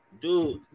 Dude